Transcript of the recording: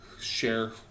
share